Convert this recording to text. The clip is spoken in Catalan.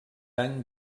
any